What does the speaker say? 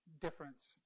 difference